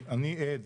אני עד